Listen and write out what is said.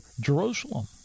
Jerusalem